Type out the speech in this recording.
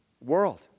world